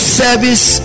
service